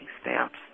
stamps